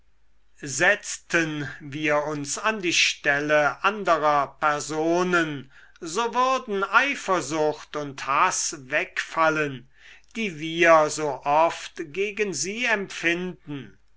setzten wir uns an die stelle anderer personen so würden eifersucht und haß wegfallen die wir so oft gegen sie empfinden